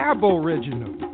Aboriginal